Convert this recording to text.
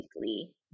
weekly